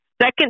second